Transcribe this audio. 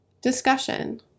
Discussion